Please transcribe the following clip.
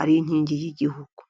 ari inkingi y'igihugu.